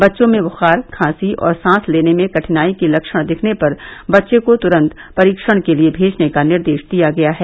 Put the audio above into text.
बच्चों में बुखार खांसी और सांस लेने में कठिनाई के लक्षण दिखने पर बच्चे को तुरन्त परीक्षण के लिए भेजने का निर्देश दिया गया है